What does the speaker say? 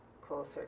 closer